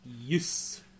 Yes